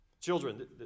Children